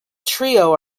trio